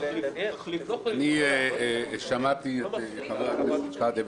אני שמעתי את חבר הכנסת שחאדה,